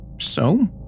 So